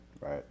right